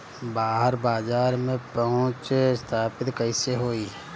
बाहर बाजार में पहुंच स्थापित कैसे होई?